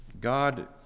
God